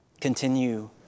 continue